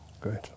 Great